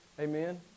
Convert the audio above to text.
Amen